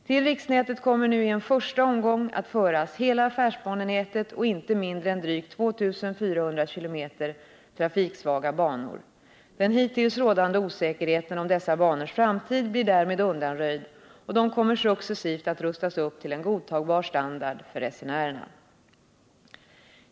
Till riksnätet kommer nu i en första omgång att föras hela affärsbanenätet och inte mindre än drygt 2400 km trafiksvaga banor. Den hittills rådande osäkerheten om dessa banors framtid blir därmed undanröjd, och de kommer successivt att rustas upp till en godtagbar standard för resenärerna.